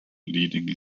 needing